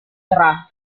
cerah